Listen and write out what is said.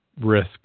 risk